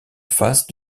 face